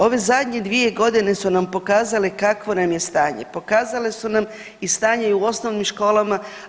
Ove zadnje dvije godine su nam pokazale kakvo nam je stanje, pokazale su nam i stanje i u osnovnim školama.